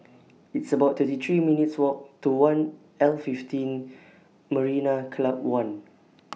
It's about thirty three minutes' Walk to one L fifteen Marina Club one